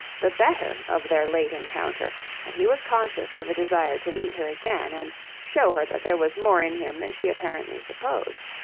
the better of their late encounter and he was conscious of a desire to meet her again and show her that there was more in him than she apparently supposed.